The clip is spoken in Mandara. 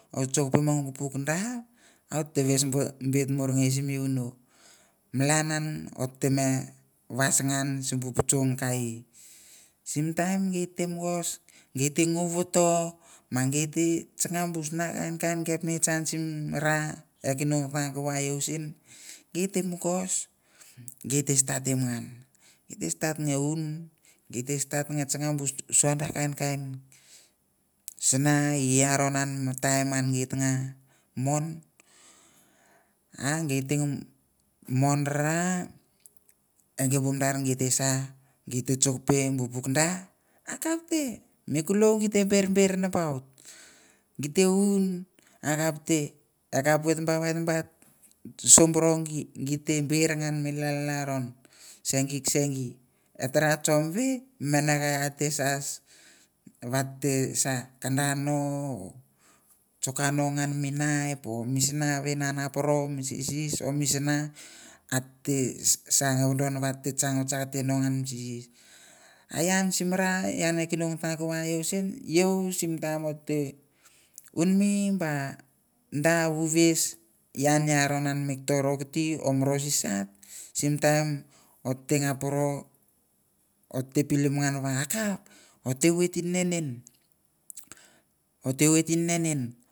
O chok pe mong puk da ote whis bit murngei simi wunoh mainan ote was ngan malnan ote was ngan simbu puchung kai sim taim gite mongos ve ngou voto machana bus na kain kepnits ngan simi ra eh kinung ah kava iau sihn gite mongos gite stat ngan gite stat na un gite stat changa bu kainkain kain kain shana laron mi taim an git nga mon na gite un akapte berber nambaut akapte git eun akapte akap vit ba somborgi git per ngan mi lalron shengi keshengi etara chombe mene kai ate sas va ta kandane chokano ngan mi knife o misna vin otne ma pore mi sisi o misna ate vadon va ate chang va chak tena ngan mi sisi ah ian simi ra eh kinan ah kavo iau shin iau sim taim or teun or te unmi by da vyvus yang mi puk rokati or ro sisat sim taim tem poro or te pilim ngan or te wat in ngan in.